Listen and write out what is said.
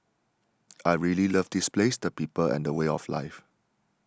I really love this place the people and the way of life